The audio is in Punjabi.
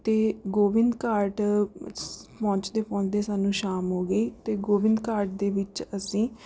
ਅਤੇ ਗੋਬਿੰਦ ਘਾਟ ਸ ਪਹੁੰਚਦੇ ਪਹੁੰਚਦੇ ਸਾਨੂੰ ਸ਼ਾਮ ਹੋ ਗਈ ਅਤੇ ਗੋਬਿੰਦ ਘਾਟ ਦੇ ਵਿੱਚ ਅਸੀਂ